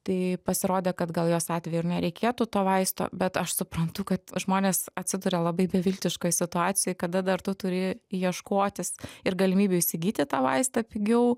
tai pasirodė kad gal jos atveju ir nereikėtų to vaisto bet aš suprantu kad žmonės atsiduria labai beviltiškoj situacijoj kada dar tu turi ieškotis ir galimybių įsigyti tą vaistą pigiau